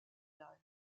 light